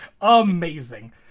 Amazing